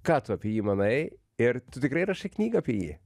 ką tu apie jį manai ir tu tikrai rašai knygą apie jį